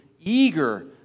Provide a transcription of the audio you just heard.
eager